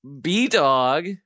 B-Dog